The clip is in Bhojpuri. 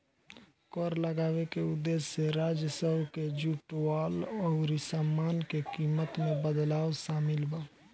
कर लगावे के उदेश्य राजस्व के जुटावल अउरी सामान के कीमत में बदलाव शामिल बा